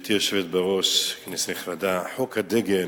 גברתי היושבת-ראש, כנסת נכבדה, חוק הדגל